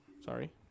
Sorry